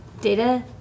data